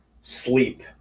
sleep